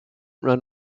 run